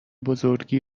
بزرگی